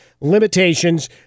Limitations